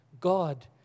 God